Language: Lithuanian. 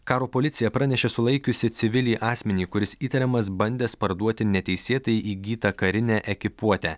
karo policija pranešė sulaikiusi civilį asmenį kuris įtariamas bandęs parduoti neteisėtai įgytą karinę ekipuotę